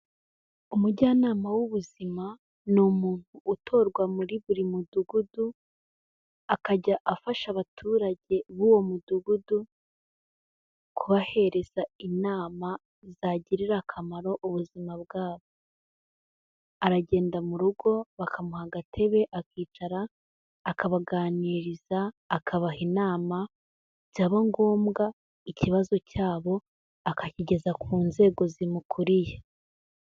Umujyanama w'ubuzima ni umuntu utorwa muri buri mudugudu, akajya afasha abaturage b'uwo mudugudu kubahereza inama zagirira akamaro ubuzima bwabo, aragenda mu rugo, bakamuha agatebe, akicara, akabaganiriza, akabaha inama, byaba ngombwa ikibazo cyabo akakigeza ku nzego zimukuriye.